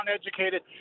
uneducated